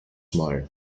mal